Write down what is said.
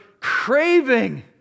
craving